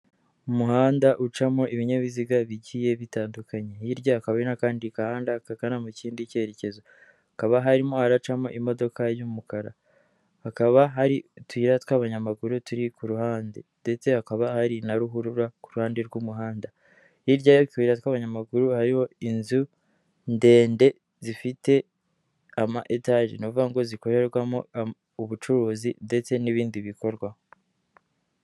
Umuhanda ucamo ibinyabiziga bigiye bitandukanye, hirya hakaba n'akandi kahanda akagana mu kindi cyerekezo hakaba harimo araracamo imodoka y'umukara, hakaba hari utuyira tw'abanyamaguru turi ku ruhande ndetse hakaba hari na ruhurura ku ruhande rw'umuhanda hirya y'atubu tw'abanyamaguru hariho inzu ndende zifite ama etage nukuvuga ngo zikorerwamo ubucuruzi ndetse n'ibindi bikorwa.